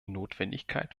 notwendigkeit